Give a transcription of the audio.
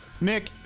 Nick